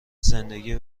زندگی